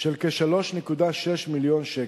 של כ-3.6 מיליון שקל.